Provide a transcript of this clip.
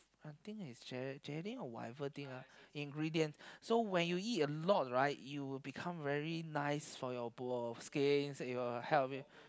I think is gela~ gelatin or whatever thing ah ingredient so when you eat a lot right you will become very nice for your both skins it will help you